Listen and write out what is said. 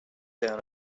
down